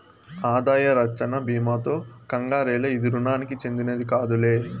ఆదాయ రచ్చన బీమాతో కంగారేల, ఇది రుణానికి చెందినది కాదులే